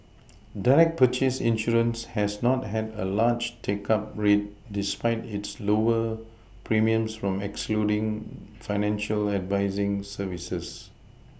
direct purchase insurance has not had a large take up rate despite its lower premiums from excluding financial advising services